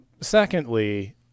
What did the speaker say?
Secondly